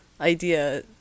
idea